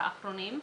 האחרונים.